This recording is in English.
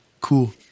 cool